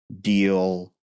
deal